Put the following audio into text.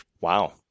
Wow